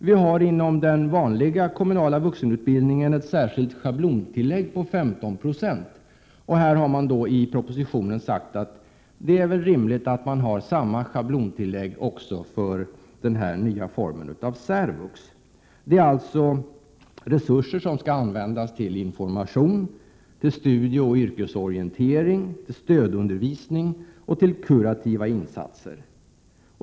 Vi har inom den vanliga kommunala vuxenutbildningen ett särskilt schablontillägg på 15 26, och här har man i propositionen sagt att det är väl rimligt att ha samma schablontilllägg för den nya formen av särvux. Det är resurser som skall användas till information, till studieoch yrkesorientering, till stödundervisning och till kurativa insatser.